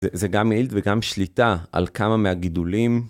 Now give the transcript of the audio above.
זה גם מילד וגם שליטה על כמה מהגידולים.